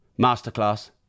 Masterclass